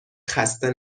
خسته